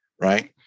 right